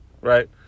right